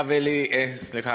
הרב אלי בן-דהן: